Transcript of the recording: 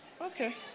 okay